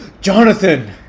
jonathan